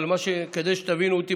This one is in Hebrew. זה כדי שתבינו אותי,